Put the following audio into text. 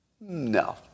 No